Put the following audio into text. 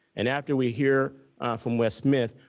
and after we hear from wes smith,